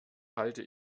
halte